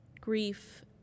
grief